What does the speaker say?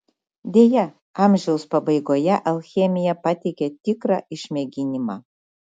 deja amžiaus pabaigoje alchemija pateikė tikrą išmėginimą